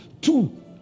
Two